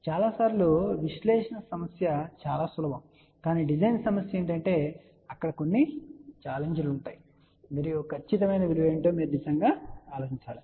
కాబట్టి చాలా సార్లు విశ్లేషణ సమస్య చాలా సులభం కానీ డిజైన్ సమస్య ఏమిటంటే అక్కడ కొన్ని చాలెంజ్ లు ఉన్నాయి మరియు ఖచ్చితమైన విలువ ఏమిటో మీరు నిజంగా ఆలోచించాలి